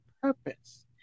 purpose